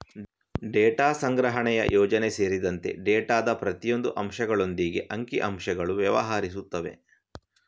data ಸಂಗ್ರಹಣೆಯ ಯೋಜನೆ ಸೇರಿದಂತೆ ಡೇಟಾದ ಪ್ರತಿಯೊಂದು ಅಂಶಗಳೊಂದಿಗೆ ಅಂಕಿ ಅಂಶಗಳು ವ್ಯವಹರಿಸುತ್ತದೆ